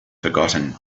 forgotten